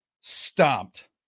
stomped